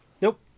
Nope